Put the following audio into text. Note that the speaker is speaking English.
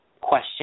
question